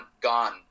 gone